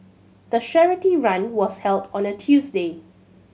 the charity run was held on a Tuesday